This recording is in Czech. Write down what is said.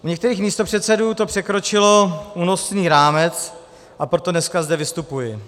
U některých místopředsedů to překročilo únosný rámec, a proto zde dneska vystupuji.